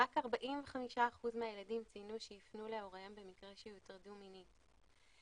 רק 45% מהילדים ציינו שיפנו להוריהם במקרה שהם יוטרדו מינית.